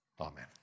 Amen